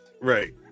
right